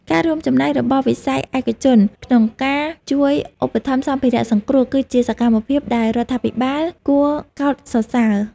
ការរួមចំណែករបស់វិស័យឯកជនក្នុងការជួយឧបត្ថម្ភសម្ភារៈសង្គ្រោះគឺជាសកម្មភាពដែលរដ្ឋាភិបាលគួរកោតសរសើរ។